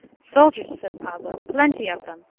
soldiers, said pablo, plenty of them,